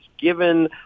given